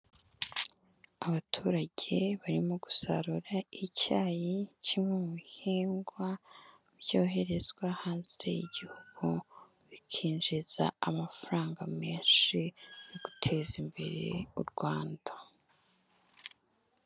Abaturage barimo gusarura icyayi, kimwe mu bihingwa byoherezwa hanze y'igihugu bikinjiza amafaranga menshi mu guteza imbere u Rwanda.